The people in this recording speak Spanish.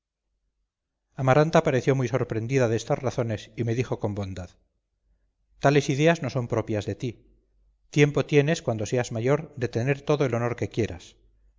amaranta pareció muy sorprendida de estas razones y me dijo con bondad tales ideas no son propias de ti tiempo tienes cuando seas mayor de tener todo el honor que quieras